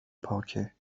پاکه